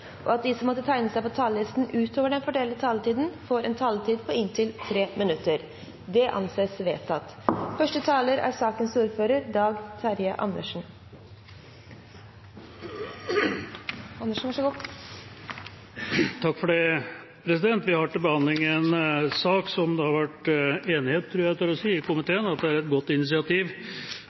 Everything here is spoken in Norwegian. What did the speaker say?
og at de som måtte tegne seg på talerlisten utover den fordelte taletid, får en taletid på inntil 3 minutter. – Det anses vedtatt. Vi har til behandling en sak som det har vært enighet om, tør jeg si, i komiteen at er et godt initiativ